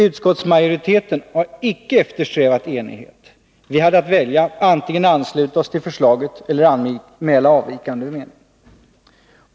Utskottsmajoriteten har icke eftersträvat enighet. Vi hade att välja — antingen ansluta oss till förslaget eller anmäla avvikande mening.